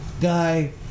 guy